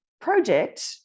project